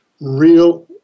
real